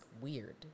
weird